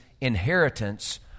inheritance